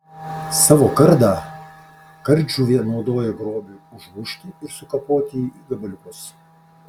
savo kardą kardžuvė naudoja grobiui užmušti ir sukapoti jį į gabaliukus